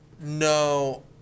no